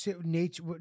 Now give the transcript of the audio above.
nature